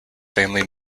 family